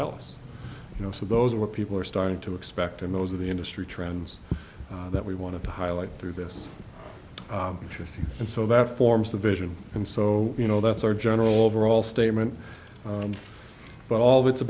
tell us you know so those are what people are starting to expect and those are the industry trends that we want to highlight through this interest and so that forms the vision and so you know that's our general overall statement but although it's a